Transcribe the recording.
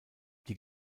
die